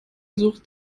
sucht